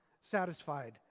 satisfied